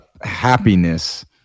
happiness